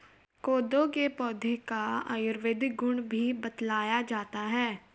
कोदो के पौधे का आयुर्वेदिक गुण भी बतलाया जाता है